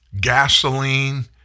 gasoline